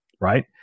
right